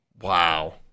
Wow